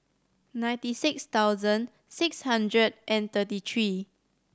ninety six thousand six hundred and thirty three